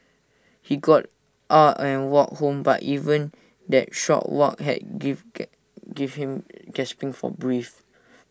he got out and walked home but even that short walk had give give him gasping for breath